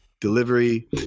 delivery